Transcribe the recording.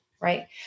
Right